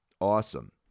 Awesome